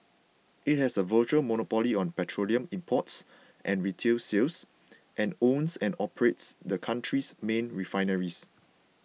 it has a virtual monopoly on petroleum imports and retail sales and owns and operates the country's main refineries